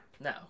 No